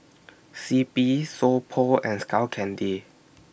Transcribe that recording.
C P So Pho and Skull Candy